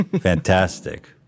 Fantastic